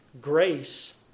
Grace